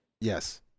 Yes